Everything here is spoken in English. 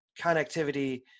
connectivity